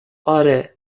اره